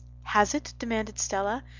has it? demanded stella,